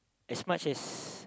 as much as